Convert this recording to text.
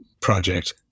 project